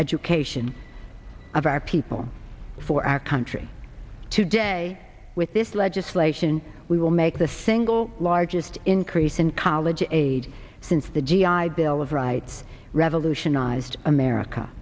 education of our people for our country today with this legislation we will make the single largest increase in college aid since the g i bill of rights revolutionized america